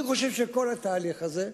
אני חושב שכל התהליך הזה,